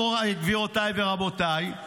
גבירותיי ורבותיי,